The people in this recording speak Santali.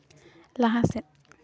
ᱞᱟᱦᱟ ᱥᱮᱫ